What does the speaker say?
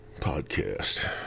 podcast